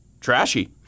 Trashy